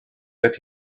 that